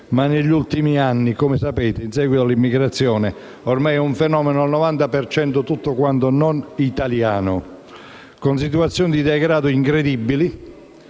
ma negli ultimi anni, come sapete, in seguito all'immigrazione, ormai è un fenomeno al 90 per cento non italiano che vede situazioni di degrado incredibili.